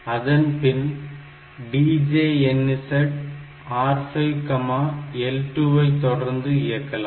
அதன்பின் DJNZ R5 L2 ஐ தொடர்ந்து இயக்கலாம்